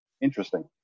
Interesting